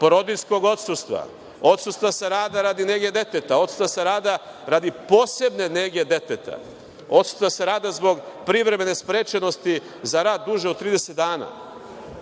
porodiljskog odsustva, odsustva sa rada radi nege deteta, odsustva sa rada radi posebne nege deteta, odsustva sa rada zbog privremene sprečenosti za rad duže od 30 dana,